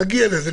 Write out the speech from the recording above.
נגיע לזה,